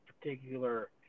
particular